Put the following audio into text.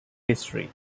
history